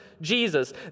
Jesus